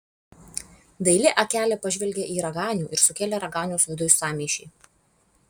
daili akelė pažvelgė į raganių ir sukėlė raganiaus viduj sąmyšį